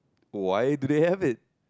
why do they have it